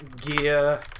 Gear